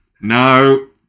No